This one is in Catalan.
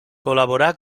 col·laborà